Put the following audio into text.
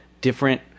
different